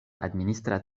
administra